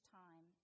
time